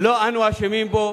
לא אנו אשמים בו.